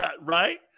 right